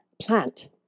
plant